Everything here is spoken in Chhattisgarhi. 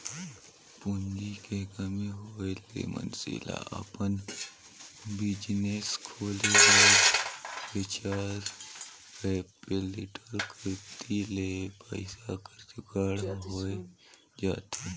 पूंजी के कमी होय ले मइनसे ल अपन बिजनेस खोले बर वेंचर कैपिटल कती ले पइसा कर जुगाड़ होए जाथे